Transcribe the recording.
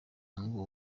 ngo